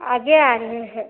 आगे आ रहे हैं